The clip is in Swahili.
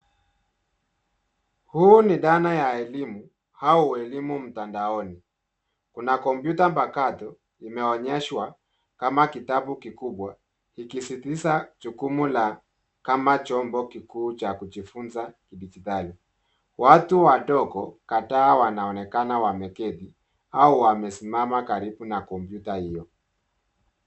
Huu ni dhana ya elimu au elimu mtandaoni, kuna kompyuta mpakato inaonyeshwa kama kitabu kikibwa ikisisitiza jukumu la kama chombo kikuu cha kijifunza kidijitali, watu wadogo kadhaa wanaonekana wameketi au wamesimama karibu na kompyuta hio.